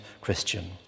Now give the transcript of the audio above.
Christian